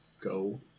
go